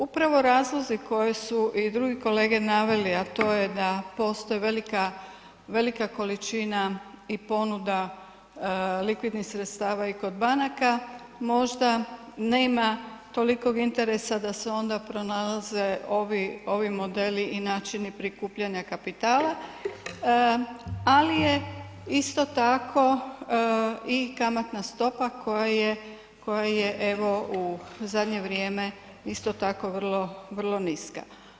Upravo razlozi koje su i drugi kolege naveli, a to je da postoji velika, velika količina i ponuda likvidnih sredstava i kod banaka, možda nema tolikog interesa da se onda pronalaze ovi, ovi modeli i načini prikupljanja kapitala, ali je isto tako i kamatna stopa koja je, koja je evo u zadnje vrijeme isto tako vrlo, vrlo niska.